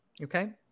Okay